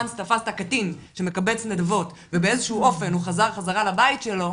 מרגע שתפסת קטין שמקבץ נדבות ובאיזשהו אופן הוא חזר חזרה לבית שלו,